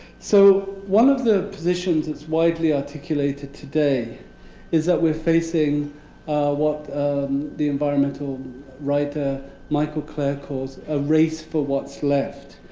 so one of the positions that's widely articulated today is that we're facing what the environmental writer michael klare calls a race for what's left.